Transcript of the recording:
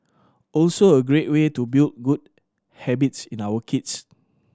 also a great way to build good habits in our kids